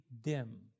dim